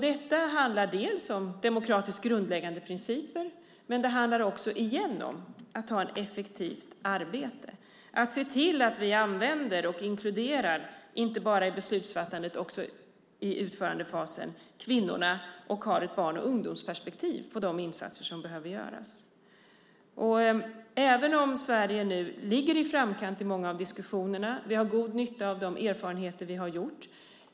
Det handlar om grundläggande demokratiska principer och om att ha ett effektivt arbete och se till att vi använder och inkluderar kvinnorna, inte bara i beslutsfattandet utan också i utförandefasen, och att vi har ett barn och ungdomsperspektiv på de insatser som behöver göras. Vi har god nytta av de erfarenheter vi har gjort.